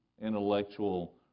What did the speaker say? intellectual